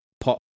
pop